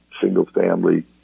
single-family